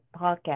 podcast